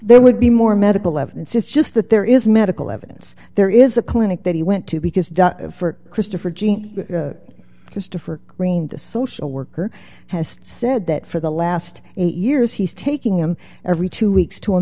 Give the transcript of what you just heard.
there would be more medical evidence it's just that there is medical evidence there is a clinic that he went to because for christopher jean christopher green the social worker has said that for the last eight years he's taking him every two weeks to a